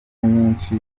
nyinshi